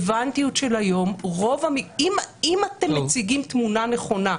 אם אתם מציגים תמונה נכונה,